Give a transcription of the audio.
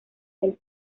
del